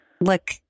look